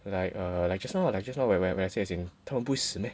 like err like just now like just now where where where I say as in 他们不会死 meh